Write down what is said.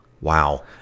Wow